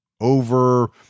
over